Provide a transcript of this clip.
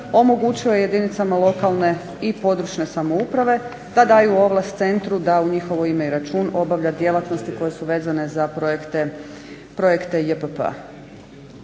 omogućuje jedinicama lokalne i područne samouprave da daju ovlast centru da u njihovo ime i račun obavlja djelatnosti koje su vezene za projekte JPP-a.